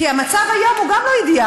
כי המצב היום הוא גם לא אידיאלי.